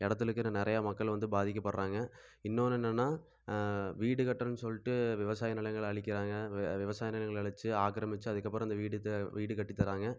இடத்துல இருக்கற நிறையா மக்கள் வந்து பாதிக்கப்படுறாங்க இன்னொன்று என்னன்னா வீடுகட்டுறேன்னு சொல்லிட்டு விவசாய நிலங்களை அழிக்கிறாங்க வி விவசாய நிலங்களை அழிச்சு ஆக்கிரமிச்சு அதற்கப்பறம் இந்த வீடு த வீடு கட்டித் தராங்க